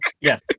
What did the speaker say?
Yes